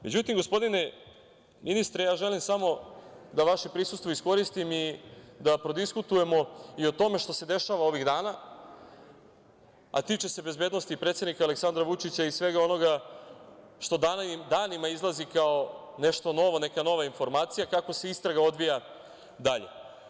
Međutim, gospodine ministre, ja želim samo da vaše prisustvo iskoristim i da prodiskutujemo o tome što se dešava ovih dana a tiče se bezbednosti predsednika Aleksandra Vučića i svega onoga što danima izlazi kao nešto novo, neka nova informacija kako se istraga odvija dalje.